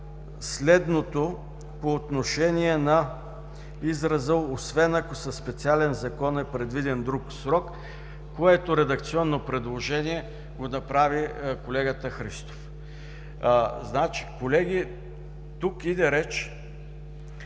следното по отношение на израза „освен ако със специален закон е предвиден друг срок“, което редакционно предложение направи колегата Христов. Колеги, тук идва реч